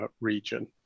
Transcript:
region